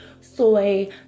Soy